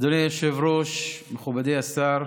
אדוני היושב-ראש, מכובדי השר,